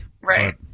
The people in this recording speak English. Right